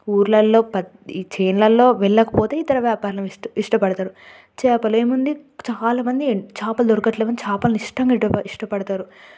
ఊర్లలో చేన్లలో వెళ్ళకపోతే ఇతర వ్యాపారం ఇష్టపడతారు చేపలు ఏముంది చాలా మంది చేపలు దొరకట్లేవని చేపల్ని ఇష్టంగా ఇష్టపడతారు